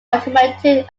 automated